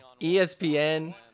ESPN